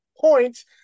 point